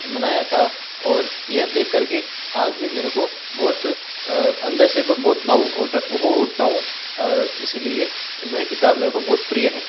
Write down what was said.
मनाया था और यह देख करके आज भी मेरे को बहुत अंदर से मैं बहुत भावुक होटक हो उठता हूँ और इसलिए वह किताब मेरे को बहुत प्रिय है